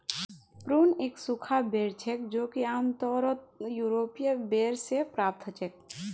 prune एक सूखा बेर छेक जो कि आमतौरत यूरोपीय बेर से प्राप्त हछेक